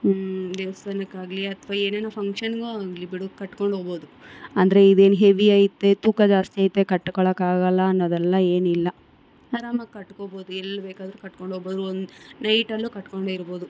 ಹ್ಞೂ ದೇವಸ್ಥಾನಕ್ಕಾಗ್ಲಿ ಅಥ್ವಾ ಏನೇನೋ ಫಂಕ್ಷನ್ಗೋ ಆಗಲಿ ಬಿಡು ಕಟ್ಕೊಂಡೋಗ್ಬೋದು ಅಂದರೆ ಇದೇನು ಹೆವಿ ಐತೆ ತೂಕ ಜಾಸ್ತಿ ಐತೆ ಕಟ್ಕೊಳೊಕಾಗಲ್ಲ ಅನ್ನೊದೆಲ್ಲ ಏನಿಲ್ಲ ಆರಾಮಾಗಿ ಕಟ್ಕೊಬೋದು ಎಲ್ಲಿ ಬೇಕಾದರು ಕಟ್ಕೊಂಡೋಗ್ಬೋದು ಒಂದು ನೈಟಲ್ಲು ಕಟ್ಕೊಂಡೇ ಇರ್ಬೋದು